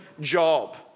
job